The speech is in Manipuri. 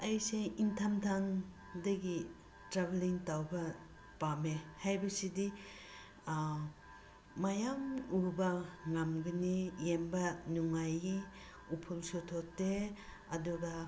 ꯑꯩꯁꯦ ꯏꯪꯊꯝꯊꯥꯗꯒꯤ ꯇ꯭ꯔꯥꯕꯦꯜꯂꯤꯡ ꯇꯧꯕ ꯄꯥꯝꯃꯦ ꯍꯥꯏꯕꯁꯤꯗꯤ ꯃꯌꯥꯝ ꯎꯕ ꯉꯝꯒꯅꯤ ꯌꯦꯡꯕ ꯅꯨꯡꯉꯥꯏꯌꯦ ꯎꯐꯨꯜꯁꯨ ꯊꯣꯛꯇꯦ ꯑꯗꯨꯒ